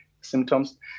symptoms